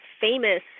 famous